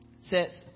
Says